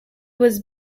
was